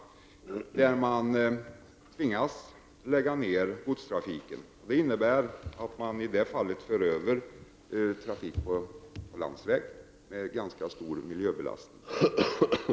Man tvingas där att lägga ner godstrafiken. Det innebär att man i det fallet för över trafiken på landsväg, vilket leder till en ganska stor miljöbelastning.